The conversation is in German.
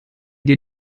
dir